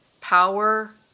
power